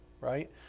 right